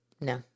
no